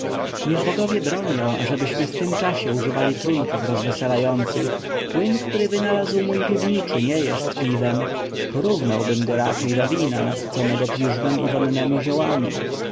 niech bogowie bronią ażebyśmy w tym czasie używali trunków rozweselających płyn który wynalazł mój piwniczy nie jest piwem porównałbym go raczej do wina nasyconego piżmem i wonnemi ziołami